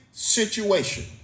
Situation